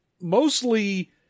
mostly